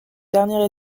dernier